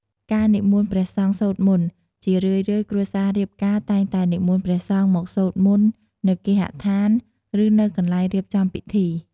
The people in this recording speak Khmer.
ការនិមន្តព្រះសង្ឃសូត្រមន្ត ជារឿយៗ គ្រួសាររៀបការតែងតែនិមន្តព្រះសង្ឃមកសូត្រមន្តនៅគេហដ្ឋាន ឬនៅកន្លែងរៀបចំពិធី។